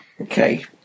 Okay